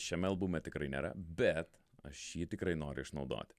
šiame albume tikrai nėra bet aš jį tikrai noriu išnaudoti